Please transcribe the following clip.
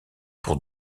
pour